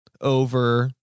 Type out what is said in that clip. over